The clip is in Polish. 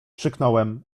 krzyknąłem